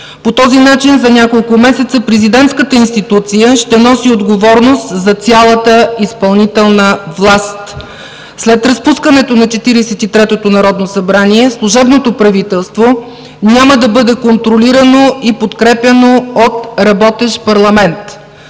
По този начин за няколко месеца президентската институция ще носи отговорност за цялата изпълнителна власт. След разпускането на Четиридесет и третото народно събрание, служебното правителство няма да бъде контролирано и подкрепяно от работещ парламент.